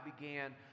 began